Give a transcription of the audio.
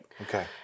Okay